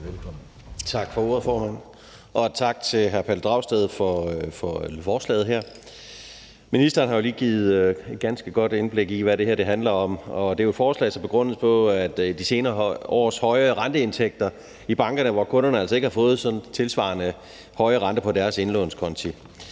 Tak for ordet, formand, og tak til hr. Pelle Dragsted for forslaget her. Ministeren har jo lige givet et ganske godt indblik i, hvad det her handler om, og det er et forslag, som er begrundet i de senere års høje renteindtægter i bankerne, hvor kunderne altså ikke har fået tilsvarende høje renter på deres indlånskonti.